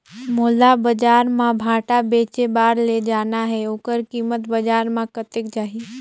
मोला बजार मां भांटा बेचे बार ले जाना हे ओकर कीमत बजार मां कतेक जाही?